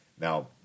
Now